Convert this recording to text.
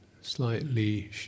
Slightly